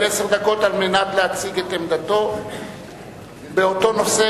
עשר דקות להציג את עמדתו באותו נושא,